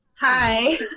Hi